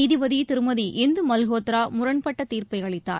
நீதிபதி திருமதி இந்து மல்கோத்ரா முரண்பட்ட தீர்ப்பை அளித்தார்